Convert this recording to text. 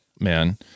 man